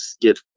get